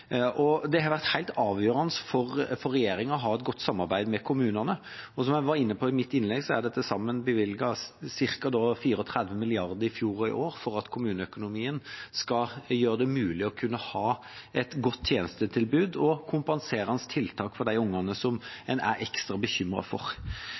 Det har vært helt avgjørende for regjeringen å ha et godt samarbeid med kommunene. Som jeg var inne på i mitt innlegg, er det til sammen bevilget ca. 34 mrd. kr i fjor og i år for at kommuneøkonomien skal gjøre det mulig å kunne ha et godt tjenestetilbud og kompenserende tiltak for de ungene